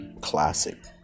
classic